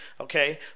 okay